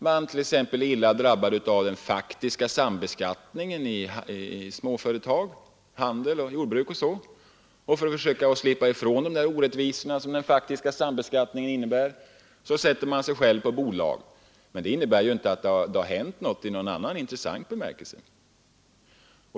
Man är t.ex. i småföretag, handel och jordbruk illa drabbad av den faktiska sambeskattningen, och för att slippa ifrån de orättvisor som den faktiska sambeskattningen innebär sätter man sig själv på bolag. Men det innebär ju inte att det händer någonting i någon intressant bemärkelse.